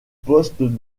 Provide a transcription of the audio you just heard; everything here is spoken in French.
poste